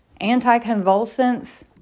anticonvulsants